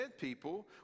people